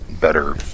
better